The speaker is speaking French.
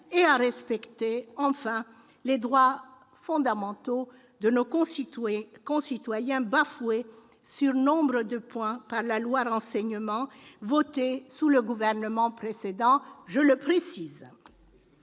et à respecter, enfin, les droits fondamentaux de nos concitoyens, bafoués sur nombre de points par la loi Renseignement, votée sous le gouvernement précédent, je le précise.